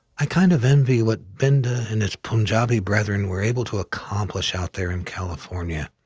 i kind of envy what binda and his punjabi brethren were able to accomplish out there in california.